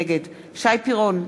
נגד שי פירון,